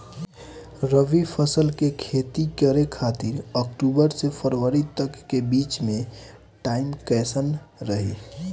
रबी फसल के खेती करे खातिर अक्तूबर से फरवरी तक के बीच मे टाइम कैसन रही?